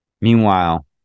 Meanwhile